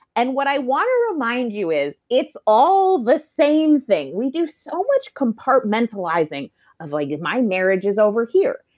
and what i want to remind you is, it's all the same thing. we do so much compartmentalizing of like, my marriage is over here,